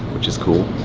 which is cool.